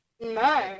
No